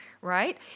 right